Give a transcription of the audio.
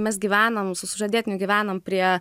mes gyvenam su sužadėtiniu gyvenam prie